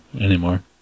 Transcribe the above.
anymore